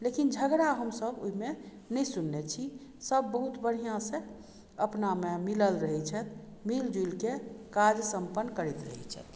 लेकिन झगड़ा हमसभ ओइमे नहि सुनने छी सब बहुत बढ़िआँसँ अपनामे मिलल रहय छथि मिल जुलिके काज सम्पन्न करैत रहय छथि